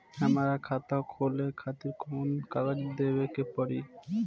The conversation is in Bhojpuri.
हमार खाता खोले खातिर कौन कौन कागज देवे के पड़ी?